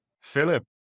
Philip